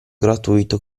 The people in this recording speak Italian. gratuito